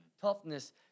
toughness